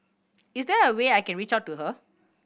is there a way I can reach out to her